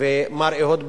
ומר אהוד ברק,